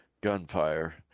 gunfire